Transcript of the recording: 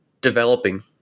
developing